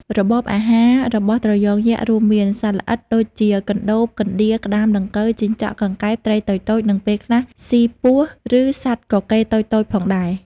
របបអាហាររបស់ត្រយងយក្សរួមមាន សត្វល្អិត ដូចជាកណ្តូប កណ្ដៀរ ក្ដាម ដង្កូវ ជីងចក់ កង្កែប ត្រីតូចៗ និងពេលខ្លះស៊ីពស់ ឬសត្វកកេរតូចៗផងដែរ។